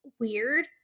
weird